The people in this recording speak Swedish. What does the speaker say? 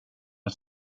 och